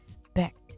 expect